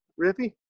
Rippy